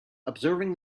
observing